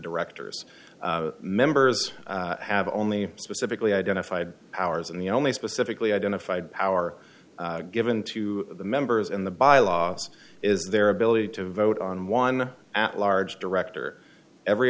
directors members have only specifically identified hours and the only specifically identified power given to the members in the bylaws is their ability to vote on one at large director every